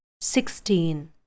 Sixteen